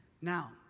Now